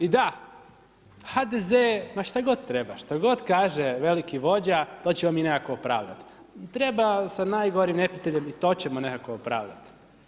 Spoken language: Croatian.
I da, HDZ ma šta god treba, šta god kaže veliki vođa, to ćemo mi nekako opravdati, treba sa najgorim neprijateljem, i to ćemo nekako opravdati.